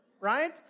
right